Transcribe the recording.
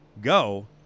go